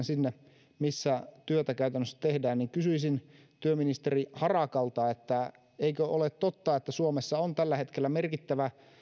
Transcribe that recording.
sinne missä työtä käytännössä tehdään niin kysyisin työministeri harakalta eikö ole totta että suomessa on tällä hetkellä merkittävä